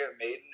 Maiden